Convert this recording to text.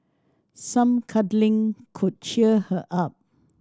some cuddling could cheer her up